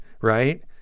right